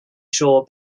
shore